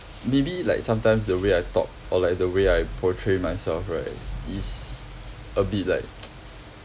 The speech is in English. maybe like sometimes the way I talk or like the way I portray myself right is a bit like